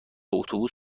اتوبوس